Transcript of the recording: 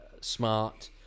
smart